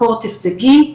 ספורט הישגי,